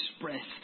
expressed